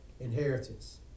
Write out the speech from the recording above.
inheritance